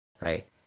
right